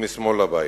ומשמאל לבית.